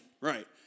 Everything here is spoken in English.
Right